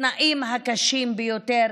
בתנאים קשים ביותר.